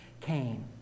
came